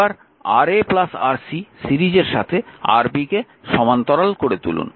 এবার Ra Rc সিরিজের সাথে Rb কে সমান্তরাল করে তুলেছে